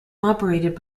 operated